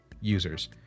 users